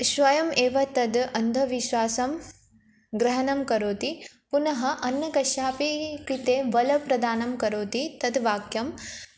स्वयम् एव तद् अन्धविश्वासं ग्रहणं करोति पुनः अन्य कस्यापि कृते बलप्रदानं करोति तद् वाक्यम्